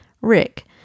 Rick